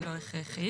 לא הכרחית.